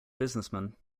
businessman